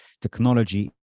technology